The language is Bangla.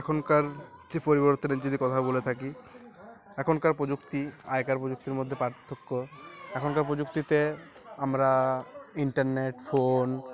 এখনকার যে পরিবর্তনের যদি কথা বলে থাকি এখনকার প্রযুক্তি আগেকার প্রযুক্তির মধ্যে পার্থক্য এখনকার পযুক্তিতে আমরা ইন্টারনেট ফোন